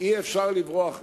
אי-אפשר לברוח ממנה.